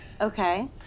okay